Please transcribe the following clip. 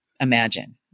imagine